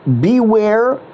beware